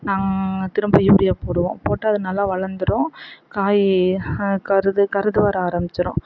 நாங்கள் திரும்ப போய் யூரியா போடுவோம் போட்டால் அது நல்லா வளர்ந்துடும் காய் கருது கருது வர ஆரம்பித்துரும்